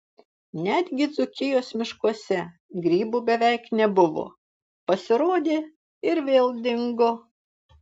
netgi dzūkijos miškuose grybų beveik nebuvo pasirodė ir vėl dingo